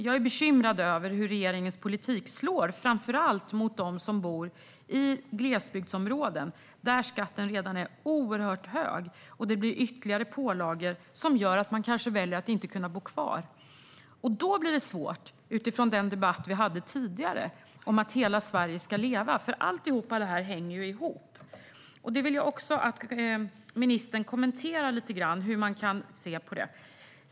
Jag är bekymrad över hur regeringens politik slår - framför allt mot dem som bor i glesbygdsområden, där skatten redan är oerhört hög. Denna politik innebär ytterligare pålagor, som gör att man kanske väljer att inte bo kvar. Då blir det svårt, utifrån den debatt vi hade tidigare om att hela Sverige ska leva, för allt detta hänger ihop. Jag vill att ministern kommenterar hur man kan se på det.